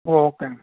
ఓకేనండి